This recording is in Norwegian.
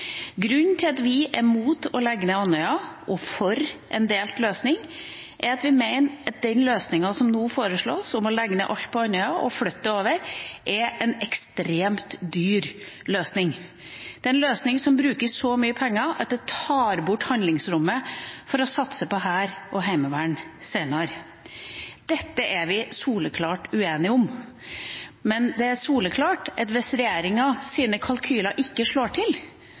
Grunnen til at vi er mot å legge ned Andøya og er for en delt løsning, er at vi mener at den løsningen som nå foreslås, om å legge ned alt på Andøya og flytte det, er en ekstremt dyr løsning. Det er en løsning der man bruker så mye penger at det tar bort handlingsrommet for å satse på hær og heimevern seinere. Dette er vi soleklart uenige om. Men det er soleklart at hvis regjeringas kalkyler ikke slår til,